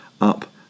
up